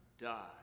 die